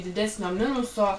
didesnio minuso